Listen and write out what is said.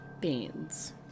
beans